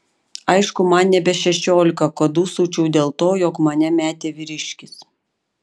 aišku man nebe šešiolika kad dūsaučiau dėl to jog mane metė vyriškis